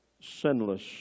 sinless